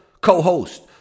co-host